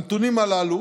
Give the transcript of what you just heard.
הנתונים הללו,